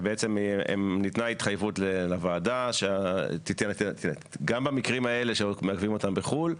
ניתנה התחייבות לוועדה שגם במקרים האלה שמעכבים אותם בחו"ל,